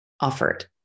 offered